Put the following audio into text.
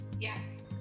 Yes